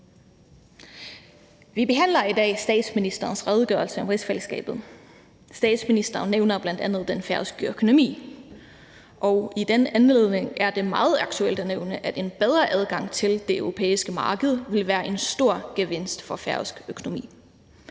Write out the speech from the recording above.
Vi behandler i dag statsministerens redegørelse om rigsfællesskabet. Statsministeren nævner bl.a. den færøske økonomi, og i den anledning er det meget aktuelt at nævne, at en bedre adgang til det europæiske marked ville være en stor gevinst for færøsk økonomi.